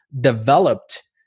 developed